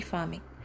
Farming